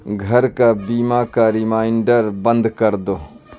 گھر کا بیمہ کا ریمائنڈر بند کر دو